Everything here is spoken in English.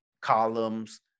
columns